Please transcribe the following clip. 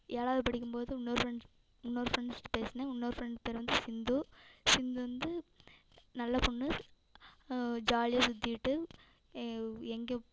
ஏழாவது படிக்கும் போது இன்னோரு ஃப்ரெண்ட் இன்னோரு ஃப்ரெண்ட்ஸ்கிட்ட பேசுனேன் இன்னோரு ஃப்ரெண்ட் பேரு வந்து சிந்து சிந்து வந்து நல்ல பொண்ணு ஜாலியாக சுற்றிக்கிட்டு ஏ எங்கே